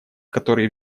которые